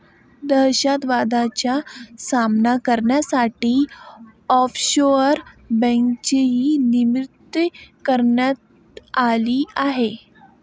दहशतवादाचा सामना करण्यासाठी ऑफशोअर बँकेचीही निर्मिती करण्यात आली आहे